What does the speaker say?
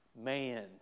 man